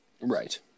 Right